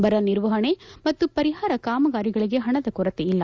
ಬರ ನಿರ್ವಹಣೆ ಮತ್ತು ಪರಿಪಾರ ಕಾಮಗಾರಿಗಳಿಗೆ ಪಣದ ಕೊರತೆ ಇಲ್ಲ